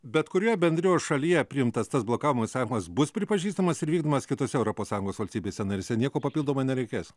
bet kurioje bendrijos šalyje priimtas tas blokavimo įsakymas bus pripažįstamas ir vykdomas kitose europos sąjungos valstybėse narėse nieko papildomai nereikės